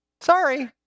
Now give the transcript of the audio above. Sorry